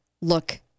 look